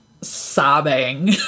sobbing